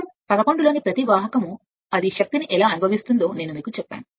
చిత్రం 11 లోని ప్రతి వాహకం అది శక్తిని ఎలా అనుభవిస్తుందో నేను మీకు చెప్పాను